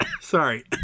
Sorry